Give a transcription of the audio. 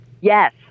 Yes